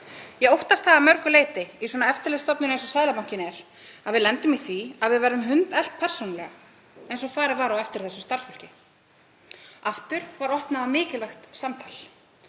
„Ég óttast það að mörgu leyti, í svona eftirlitsstofnun eins og Seðlabankinn er, að við lendum í því að við verðum hundelt persónulega eins og farið var á eftir þessu starfsfólki.“ Aftur var opnað á mikilvægt samtal.